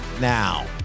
now